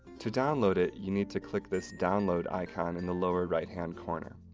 to download it, you need to click this download icon in the lower right hand corner.